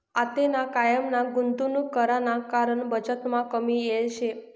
आतेना कायमा गुंतवणूक कराना कारण बचतमा कमी येल शे